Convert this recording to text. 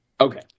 Okay